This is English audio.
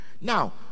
now